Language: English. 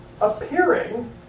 appearing